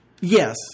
Yes